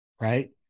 right